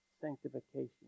sanctification